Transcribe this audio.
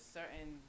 certain